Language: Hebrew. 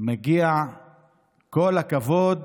מגיע כל הכבוד